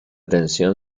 tensión